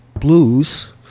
blues